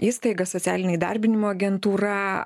įstaiga socialine įdarbinimo agentūra